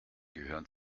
gehören